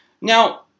Now